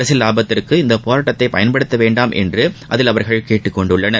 அரசியல் லாபத்திற்கு இந்தப் போராட்டத்தை பயன்படுத்த வேண்டாம் என்று அதில் அவர்கள் கேட்டுக் கொண்டுள்ளார்கள்